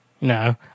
no